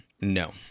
No